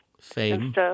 Fame